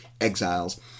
Exiles